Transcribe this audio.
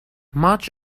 much